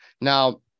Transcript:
Now